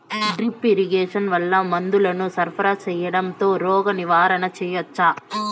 Drip irrigation వల్ల మందులను సరఫరా సేయడం తో రోగ నివారణ చేయవచ్చా?